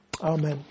Amen